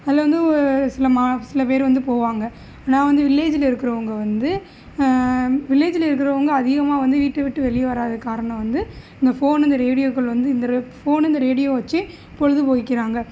அதில் வந்து ஒரு சில சில பேர் வந்து போவாங்க நான் வந்து வில்லேஜில் இருக்குறவங்க வந்து வில்லேஜில் இருக்குறவங்க அதிகமாக வந்து வீட்டை விட்டு வெளியே வராததுக்கு காரணம் வந்து இந்த ஃபோனு இந்த ரேடியோக்கள் வந்து இந்த ஃபோனு இந்த ரேடியோ வச்சு பொழுது போக்கிக்கிறாங்க